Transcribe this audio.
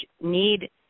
need